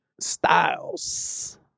styles